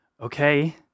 okay